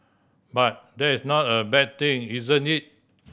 but that's not a bad thing isn't it